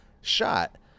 shot